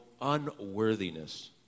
unworthiness